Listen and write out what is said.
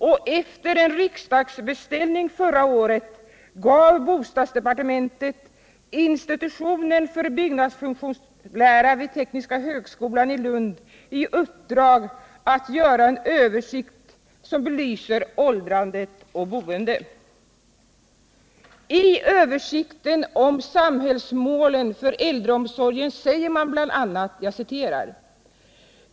och efter en riksdagsbeställning förra året gav bostadsdepartementet institutionen för byggnadsfunktionslära vid Tekniska högskolan i Lund i uppdrag att göra en översikt som belyser åldrande och boende.